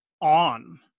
on